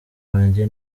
wange